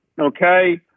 Okay